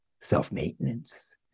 self-maintenance